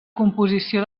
composició